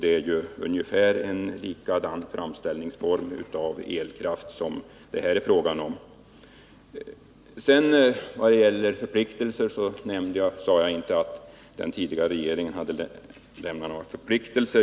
Det är ju en i stort sett lika form för framställning av elkraft som kraftvärmeverk. Vad gäller förpliktelser sade jag inte att den tidigare regeringen hade lämnat någon förpliktelse.